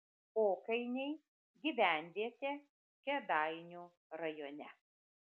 okainiai gyvenvietė kėdainių rajone